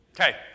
Okay